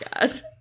god